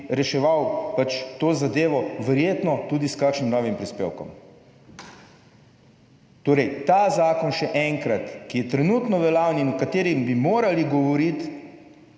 bi reševal pač to zadevo verjetno tudi s kakšnim novim prispevkom. Torej ta zakon, še enkrat, ki je trenutno veljaven in o katerem bi morali govoriti,